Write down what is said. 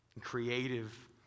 creative